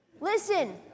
Listen